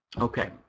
Okay